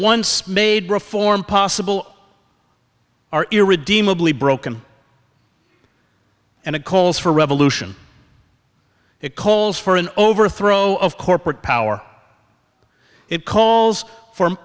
once made reform possible are irredeemably broken and it calls for revolution it calls for an overthrow of corporate power it calls for